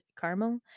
caramel